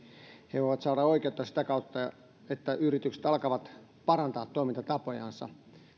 he voivat saada oikeutta sitä kautta että yritykset alkavat parantaa toimintatapojansa